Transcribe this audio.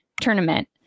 tournament